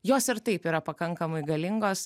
jos ir taip yra pakankamai galingos